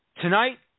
Tonight